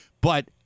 but-